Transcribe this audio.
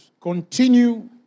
continue